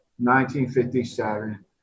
1957